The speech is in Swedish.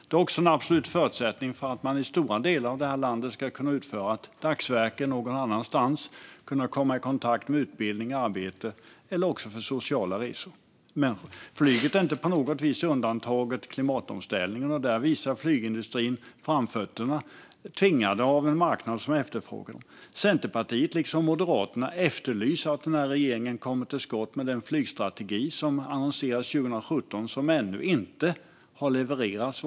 Det är också en absolut förutsättning för att människor i stora delar av landet ska kunna utföra ett dagsverke någon annanstans, kunna komma i kontakt med utbildning och arbete eller göra sociala resor. Men flyget är inte på något vis undantaget klimatomställningen. Där visar flygindustrin framfötterna, tvingad av en marknad som efterfrågar det. Centerpartiet liksom Moderaterna efterlyser att regeringen kommer till skott med den flygstrategi som annonserades 2017 och som ännu inte har levererats.